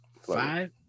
Five